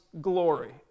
glory